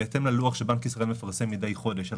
בהתאם ללוח שבנק ישראל מפרסם מדי חודש על